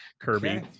Kirby